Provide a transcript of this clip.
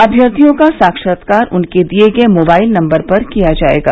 अम्यर्थियों का साक्षात्कार उनके दिये गये मोबाइल नम्बर पर किया जायेगा